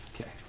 Okay